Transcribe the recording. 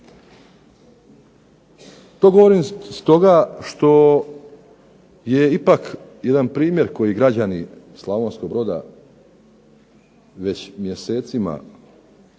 To govorim stoga što je ipak jedan primjer koji građani Slavonskog Broda već mjesecima pričaju